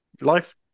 life